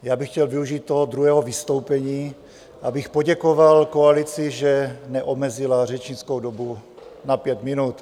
Já bych chtěl využít toho druhého vystoupení, abych poděkoval koalici, že neomezila řečnickou dobu na pět minut.